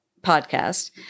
podcast